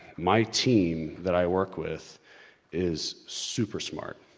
my team that i work with is super smart.